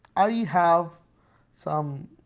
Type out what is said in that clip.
i have some